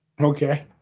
Okay